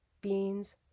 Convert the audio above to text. beans